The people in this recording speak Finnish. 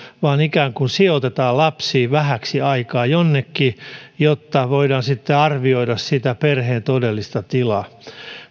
vaan ikään kuin sijoitetaan lapsi vähäksi aikaa jonnekin jotta voidaan sitten arvioida sitä perheen todellista tilaa